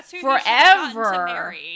forever